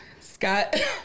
Scott